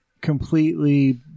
completely